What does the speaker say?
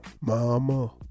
Mama